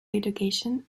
education